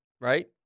Right